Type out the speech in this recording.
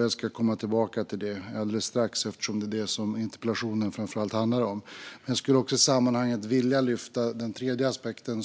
Jag ska komma tillbaka till det alldeles strax, eftersom det är vad interpellationen framför allt handlar om. Jag skulle också i sammanhanget vilja lyfta fram den tredje aspekten